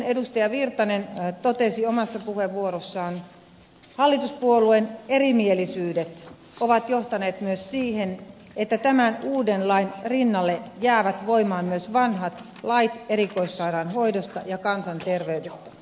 erkki virtanen totesi omassa puheenvuorossaan hallituspuolueiden erimielisyydet ovat johtaneet myös siihen että tämän uuden lain rinnalle jäävät voimaan myös vanhat lait erikoissairaanhoidosta ja kansanterveydestä